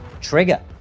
Trigger